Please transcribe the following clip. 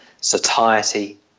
satiety